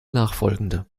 nachfolgende